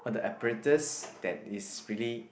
all the apparatus that is really